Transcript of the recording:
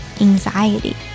anxiety